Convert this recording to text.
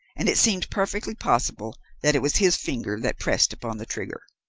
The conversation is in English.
and it seemed perfectly possible that it was his finger that pressed upon the trigger.